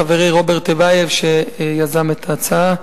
חברי רוברט טיבייב שיזם את ההצעה,